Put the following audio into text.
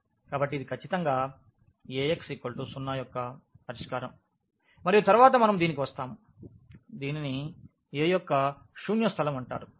ఇది ఖచ్చితంగా Ax 0 యొక్క పరిష్కారం మరియు తరువాత మనం దీనికి వస్తాము దీనిని a యొక్క శూన్య స్థలం అంటారు